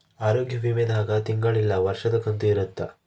ಆರೋಗ್ಯ ವಿಮೆ ದಾಗ ತಿಂಗಳ ಇಲ್ಲ ವರ್ಷದ ಕಂತು ಇರುತ್ತ